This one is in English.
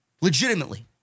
Legitimately